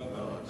טוב מאוד.